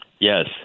Yes